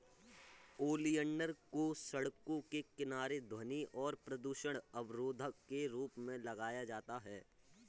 oleander को सड़कों के किनारे ध्वनि और प्रदूषण अवरोधक के रूप में लगाया जाता है